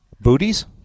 Booties